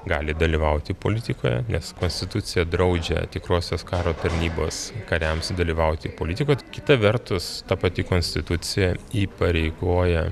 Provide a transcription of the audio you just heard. gali dalyvauti politikoje nes konstitucija draudžia tikrosios karo tarnybos kariams dalyvauti politikoj kita vertus ta pati konstitucija įpareigoja